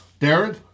Darren